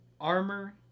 armor